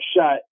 shot